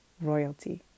royalty